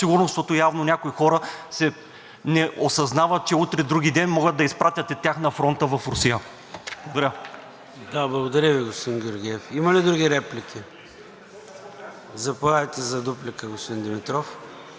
Благодаря Ви, господин Георгиев. Има ли други реплики? Не. Заповядайте за дуплика, господин Димитров.